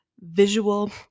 visual